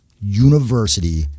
university